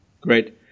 Great